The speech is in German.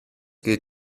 geht